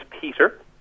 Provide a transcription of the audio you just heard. Peter